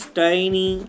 tiny